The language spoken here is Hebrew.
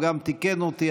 הוא גם תיקן אותי,